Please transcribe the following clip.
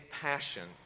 passion